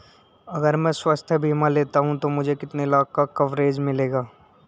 अगर मैं स्वास्थ्य बीमा लेता हूं तो मुझे कितने लाख का कवरेज मिलेगा?